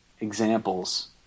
examples